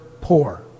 poor